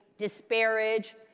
disparage